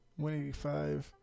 185